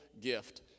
gift